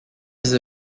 vis